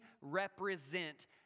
represent